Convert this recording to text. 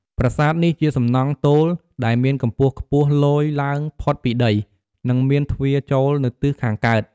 ប្រាសាទនេះជាសំណង់ទោលដែលមានកម្ពស់ខ្ពស់លយឡើងផុតពីដី និងមានទ្វារចូលនៅទិសខាងកើត។